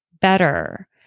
better